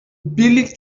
billig